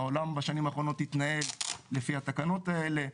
העולם בשנים האחרונות התנהל לפי התקנות האלה.